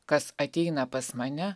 kas ateina pas mane